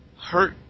hurt